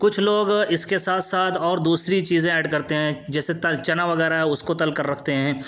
کچھ لوگ اس کے ساتھ ساتھ اور دوسری چیزیں ایڈ کرتے ہیں جیسے چنا وغیرہ اس کو تل کر رکھتے ہیں